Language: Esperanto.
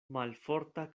malforta